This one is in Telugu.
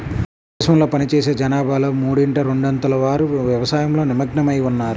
దేశంలో పనిచేసే జనాభాలో మూడింట రెండొంతుల వారు వ్యవసాయంలో నిమగ్నమై ఉన్నారు